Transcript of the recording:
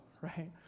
right